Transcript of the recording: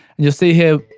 and you'll see here,